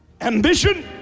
Ambition